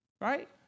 Right